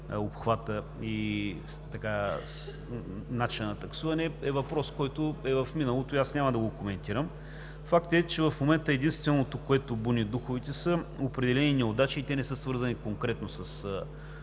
обхвата и начина на таксуване, е въпрос в миналото и аз няма да го коментирам. Факт е, че в момента единственото, което буни духовете, са определени неудачи и те не са свързани конкретно с